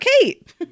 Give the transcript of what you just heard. kate